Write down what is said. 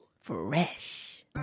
Fresh